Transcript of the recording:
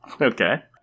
okay